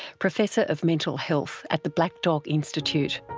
professor of mental health at the black dog institute.